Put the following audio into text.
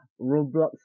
Roblox